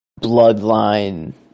bloodline